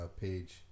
page